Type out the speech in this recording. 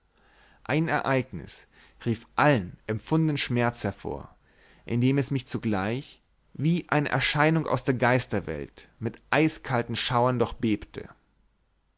ein ereignis rief allen empfundenen schmerz hervor indem es mich zugleich wie eine erscheinung aus der geisterweit mit eiskalten schauern